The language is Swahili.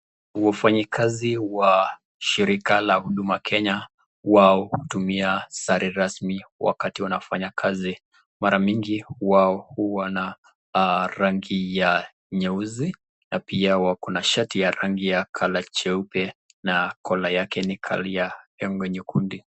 Wafanyikazi wa shirika la huduma Kenya wao hutumia sare rasmi wakati wanapofanya kazi ,mara mingi wao Huwa na rangi ya nyeusi na pia wako na shati ya rangi cheupe na kola yake ni rangi nyekundu